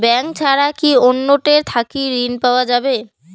Bank ছাড়া কি অন্য টে থাকি ঋণ পাওয়া যাবে?